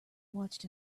watched